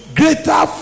greater